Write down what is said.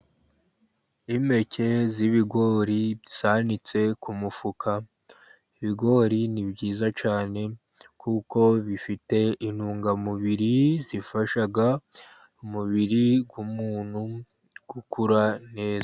Impeke z'ibigori zanitse ku mufuka, ibigori ni byiza cyane kuko bifite intungamubiri, zifasha umubiri w'umuntu gukura neza.